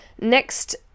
Next